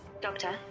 Doctor